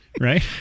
Right